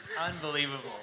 Unbelievable